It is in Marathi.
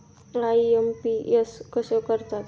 आय.एम.पी.एस कसे करतात?